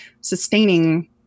sustaining